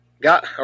got